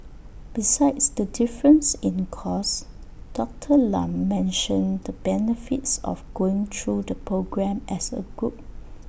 besides the difference in cost Doctor Lam mentioned the benefits of going through the programme as A group